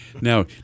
Now